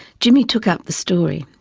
jimmy took up the story.